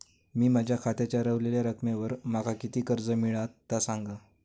मी माझ्या खात्याच्या ऱ्हवलेल्या रकमेवर माका किती कर्ज मिळात ता सांगा?